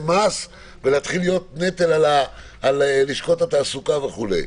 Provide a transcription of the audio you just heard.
מס ולהתחיל להיות נטל על לשכות התעסוקה וכו'.